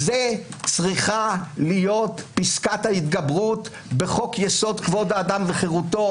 זאת צריכה להיות פסקת ההתגברות בחוק-יסוד: כבוד האדם וחירותו,